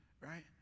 right